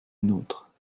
nôtre